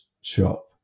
shop